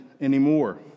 anymore